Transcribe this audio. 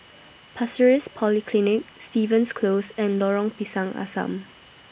Pasir Ris Polyclinic Stevens Close and Lorong Pisang Asam